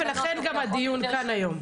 ולכן גם הדיון כאן היום.